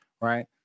Right